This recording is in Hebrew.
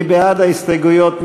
מי בעד ההסתייגויות?